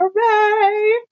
Hooray